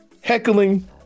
heckling